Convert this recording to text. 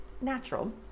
natural